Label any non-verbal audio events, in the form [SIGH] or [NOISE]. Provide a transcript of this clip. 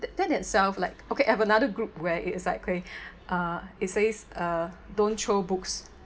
then itself like okay I've another group where it's like okay [BREATH] uh it says uh don't throw books